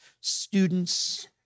students